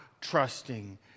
trusting